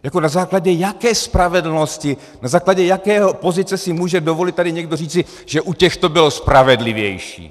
Jako na základě jaké spravedlnosti, na základě jaké pozice si může dovolit tady někdo říci, že u těchto to bylo spravedlivější?